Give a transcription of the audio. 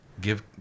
give